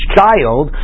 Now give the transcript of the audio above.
child